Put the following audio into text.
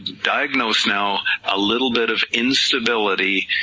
diagnosed now a little bit of instability,